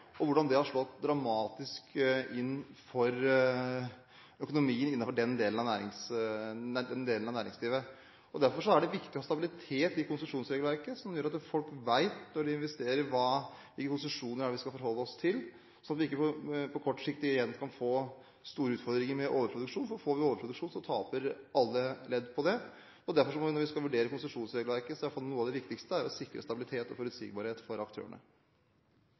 Derfor er det viktig å ha en stabilitet i konsesjonsregelverket som gjør at folk vet hvilke konsesjoner de skal forholde seg til når de investerer, sånn at vi ikke på kort sikt igjen får store utfordringer med overproduksjon. Får vi overproduksjon, taper alle ledd på det. Når vi skal vurdere konsesjonsregelverket, må i alle fall noe av det viktigste være å sikre stabilitet og forutsigbarhet for aktørene.